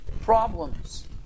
problems